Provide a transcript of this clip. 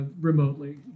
remotely